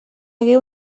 hagué